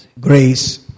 grace